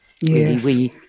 Yes